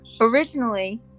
Originally